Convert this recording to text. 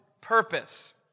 purpose